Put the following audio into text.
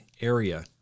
area